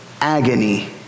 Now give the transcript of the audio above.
agony